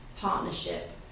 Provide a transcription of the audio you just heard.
partnership